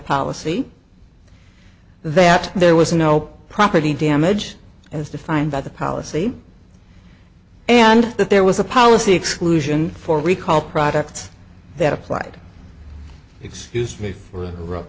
policy that there was no property damage as defined by the policy and that there was a policy exclusion for recall products that applied excuse me for